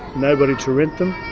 nobody to rent them.